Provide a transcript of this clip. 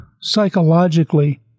psychologically